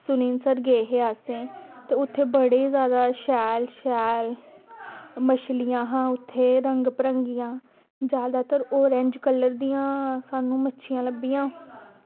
सरुईसर गे ही असें ते उत्थें बड़े जादा शैल शैल मच्छलियां हियां उत्थें रंग बिरंगियां जादातर आरेंज कलर दियां सानूं मच्छियां लब्भियां